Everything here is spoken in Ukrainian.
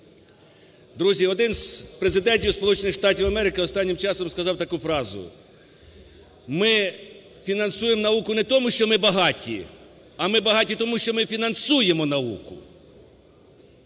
Друзі, один з президентів Сполучених Штатів Америки останнім часом сказав таку фразу: "Ми фінансуємо науку не тому, що ми багаті, а ми багаті тому, що ми фінансуємо науку".